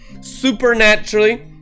supernaturally